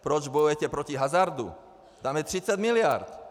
Proč bojujete proti hazardu, tam je 30 miliard.